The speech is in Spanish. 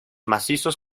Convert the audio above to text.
macizos